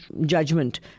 judgment